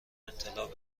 اطلاع